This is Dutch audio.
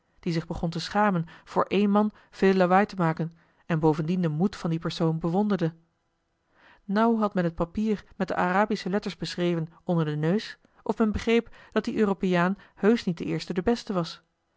die zich begon te schamen voor één man veel lawaai te maken en bovendien den moed van dien persoon bewonderde nauw had men het papier met de arabische letters beschreven onder den neus of men begreep dat die europeaan heusch niet de eerste de beste was